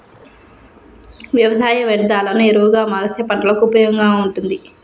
వ్యవసాయ వ్యర్ధాలను ఎరువుగా మారుస్తే పంటలకు ఉపయోగంగా ఉంటుంది